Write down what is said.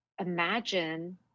imagine